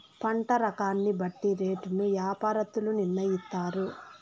పంట రకాన్ని బట్టి రేటును యాపారత్తులు నిర్ణయిత్తారు